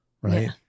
Right